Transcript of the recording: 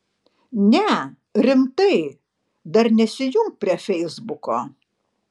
ne rimtai dar nesijunk prie feisbuko